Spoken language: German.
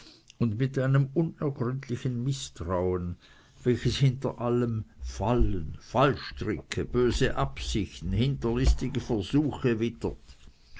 und mit einem unergründlichen mißtrauen welches hinter allem fallen fallstricke böse absichten hinterlistige versuche wittert